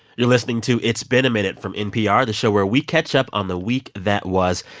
you're listening to it's been a minute from npr, the show where we catch up on the week that was.